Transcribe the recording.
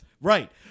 Right